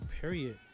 period